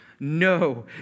No